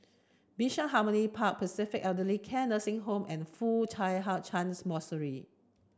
Bishan Harmony Park Pacific Elder Care Nursing Home and Foo Hai Ch'an Monastery